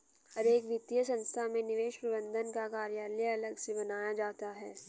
हर एक वित्तीय संस्था में निवेश प्रबन्धन का कार्यालय अलग से बनाया जाता है